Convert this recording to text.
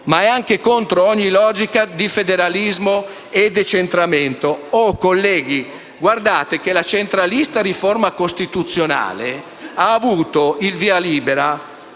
ma è anche contro ogni logica di federalismo e decentramento. Colleghi, guardate che la centralista riforma costituzionale ha avuto il via libera